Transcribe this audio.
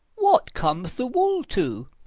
what comes the wool to?